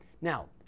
Now